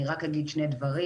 אני רק אגיד שני דברים: